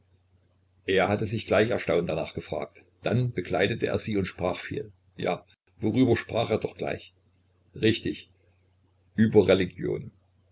er hatte sich gleich erstaunt danach gefragt dann begleitete er sie und sprach viel ja worüber sprach er doch gleich richtig über religion